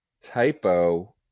typo